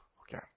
Okay